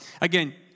again